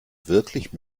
wirklich